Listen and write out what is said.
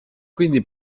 quindi